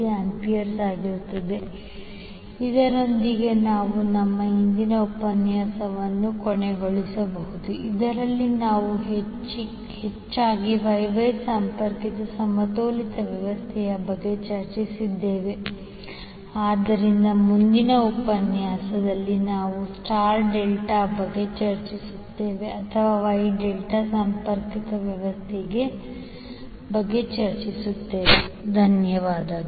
2°A ಇದರೊಂದಿಗೆ ನಾವು ನಮ್ಮ ಇಂದಿನ ಉಪನ್ಯಾಸವನ್ನು ಮುಚ್ಚಬಹುದು ಇದರಲ್ಲಿ ನಾವು ಹೆಚ್ಚಾಗಿ Y Y ಸಂಪರ್ಕಿತ ಸಮತೋಲಿತ ವ್ಯವಸ್ಥೆಯ ಬಗ್ಗೆ ಚರ್ಚಿಸಿದ್ದೇವೆ ಆದ್ದರಿಂದ ಮುಂದಿನ ಉಪನ್ಯಾಸದಲ್ಲಿ ನಾವು stat ಡೆಲ್ಟಾ ಬಗ್ಗೆ ಚರ್ಚಿಸುತ್ತೇವೆ ಅಥವಾ Y ಡೆಲ್ಟಾ ಸಂಪರ್ಕಿತ ವ್ಯವಸ್ಥೆಗೆ ಧನ್ಯವಾದಗಳು